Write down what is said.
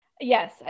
Yes